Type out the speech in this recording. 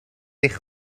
eich